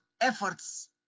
efforts